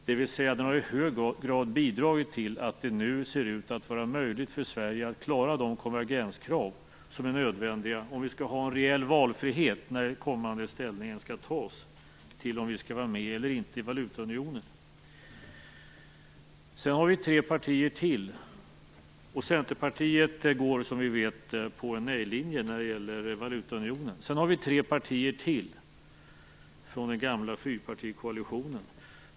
Detta samarbete har alltså i hög grad bidragit till att det nu ser ut att vara möjligt för Sverige att klara de konvergenskrav som är nödvändiga för att vi skall ha reell valfrihet när ställning skall tas till om vi skall vara med eller inte i valutaunionen. Centerpartiet går, som vi vet, på en nej-linje när det gäller valutaunionen. Sedan har vi tre partier till från den gamla fyrpartikoalitionen.